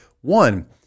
one